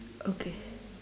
okay